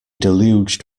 deluged